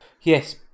Yes